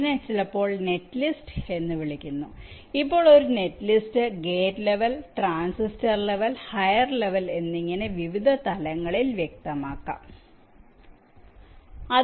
ഇതിനെ ചിലപ്പോൾ നെറ്റ്ലിസ്റ്റ് എന്ന് വിളിക്കുന്നു ഇപ്പോൾ ഒരു netlist gate level transistor level higher level എന്നിങ്ങനെ വിവിധ തലങ്ങളിൽ വ്യക്തമാക്കാം